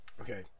Okay